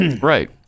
right